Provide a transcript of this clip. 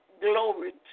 Glory